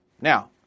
Now